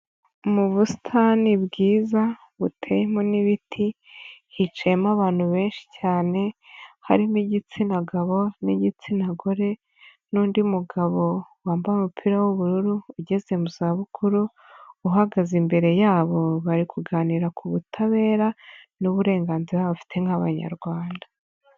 Mu busitani bwiza buteyemo n'ibiti, hicayemo abantu benshi cyane, harimo igitsina gabo n'igitsina gore n'undi mugabo, wambaye umupira w'ubururu, ugeze mu za bukuru, uhagaze imbere yabo, bari kuganira ku butabera n'uburenganzira bafite nk'Abanyarwanda.